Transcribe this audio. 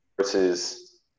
versus